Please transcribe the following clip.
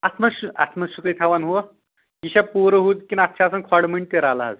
اتھ منٛز چھُ اتھ منٛز چھُ تھاوان ہُہ یہِ چھا پوٗرٕ ہُہ کِنہٕ اتھ چھُ آسان کھۄڑٕ مٔنٛڈۍ تہِ رلہٕ حظ